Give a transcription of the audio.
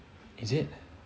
is it